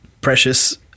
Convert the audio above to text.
Precious